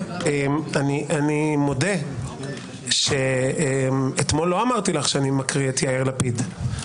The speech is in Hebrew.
אני מודה שאתמול לא אמרתי לך שאני מקריא את יאיר לפיד.